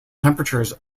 temperatures